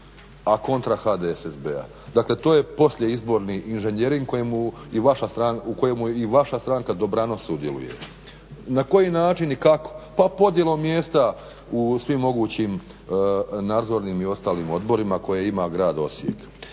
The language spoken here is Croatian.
a kontra HDSSB-a. Dakle to je poslijeizborni inženjering u kojemu i vaša stranka dobrano sudjeluje. Na koji način i kako? Pa podjelom mjesta u svim mogućim nadzornim i ostalim odborima koje ima Grad Osijek.